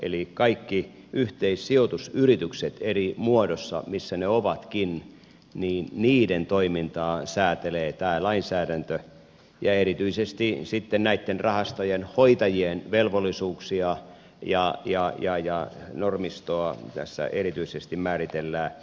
eli kaikkien yhteissijoitusyritysten eri muodoissa missä ne ovatkin toimintaa säätelee tämä lainsäädäntö ja erityisesti sitten näitten rahastojen hoitajien velvollisuuksia ja normistoa tässä erityisesti määritellään